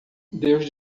deus